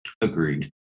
agreed